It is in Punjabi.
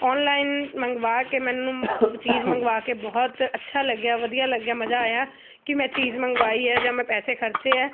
ਔਨਲਾਈਨ ਮੰਗਵਾ ਕੇ ਮੈਨੂੰ ਚੀਜ਼ ਮੰਗਵਾ ਕੇ ਬਹੁਤ ਅੱਛਾ ਲੱਗਿਆ ਵਧੀਆ ਲੱਗਿਆ ਮਜ਼ਾ ਆਇਆ ਕਿ ਮੈਂ ਚੀਜ਼ ਮੰਗਵਾਈ ਹੈ ਜਾਂ ਮੈਂ ਪੈਸੇ ਖਰਚੇ ਹੈ